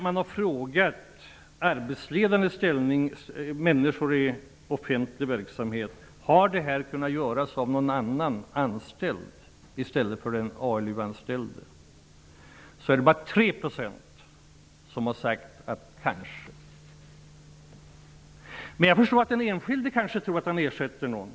Man har frågat arbetsledande människor i den offentliga verksamheten om det arbete som de ALU anställda gör i stället skulle ha kunnat göras av andra anställda. Det är bara 3 % som har svarat att det kanske skulle kunna vara så. Jag förstår att den enskilde kanske tror att han ersätter någon.